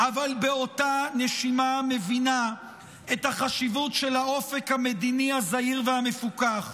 אבל באותה נשימה מבינה את החשיבות של האופק המדיני הזהיר והמפוכח.